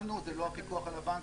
אנחנו זה לא הפיקוח על הבנקים.